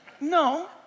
No